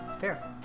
fair